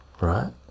right